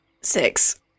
Six